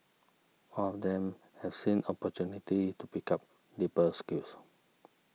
all of them have seen opportunity to pick up deeper skills